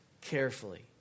carefully